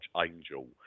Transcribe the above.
angel